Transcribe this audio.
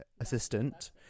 assistant